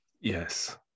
Yes